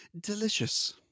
Delicious